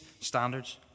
standards